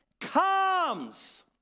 comes